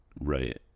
Right